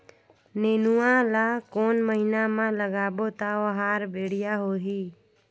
नेनुआ ला कोन महीना मा लगाबो ता ओहार बेडिया होही?